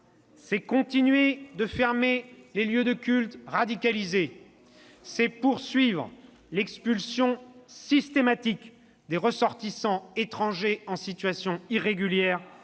c'est continuer de fermer les lieux de culte radicalisés, c'est poursuivre l'expulsion systématique des ressortissants étrangers en situation irrégulière